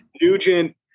Nugent